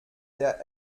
der